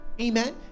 Amen